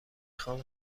خوام